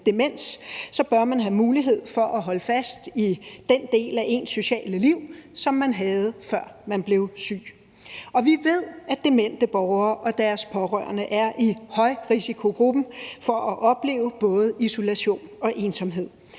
demens, bør man have mulighed for at holde fast i den del af ens sociale liv, som man havde, før man blev syg. Vi ved, at demente borgere og deres pårørende er i højrisikogruppen for at opleve både isolation og ensomhed,